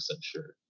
sure